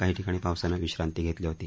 काही ठिकाणी पावसाने विश्रांती घेतली होती